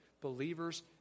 Believers